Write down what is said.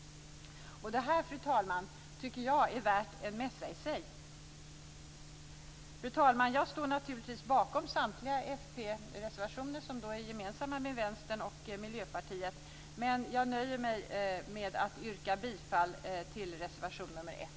Det här, fru talman, tycker jag är värt en mässa i sig. Fru talman! Jag står naturligtvis bakom samtliga fp-reservationer som är gemensamma med Vänstern och Miljöpartiet, men jag nöjer mig med att yrka bifall till reservation nr 1.